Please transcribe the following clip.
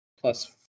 Plus